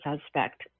suspect